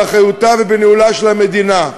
באחריותה ובניהולה של המדינה,